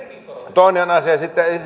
toinen asia on sitten